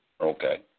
Okay